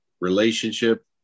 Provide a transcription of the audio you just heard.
relationship